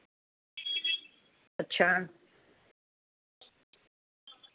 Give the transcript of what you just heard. अच्छा